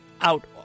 out